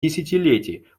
десятилетий